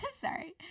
sorry